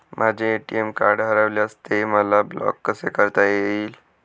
माझे ATM card हरविल्यास ते मला ब्लॉक कसे करता येईल?